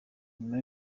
nyuma